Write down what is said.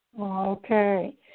Okay